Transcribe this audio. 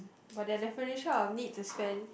but their definition of need to spend